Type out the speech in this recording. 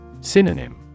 Synonym